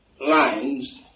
Lines